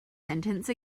sentence